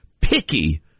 picky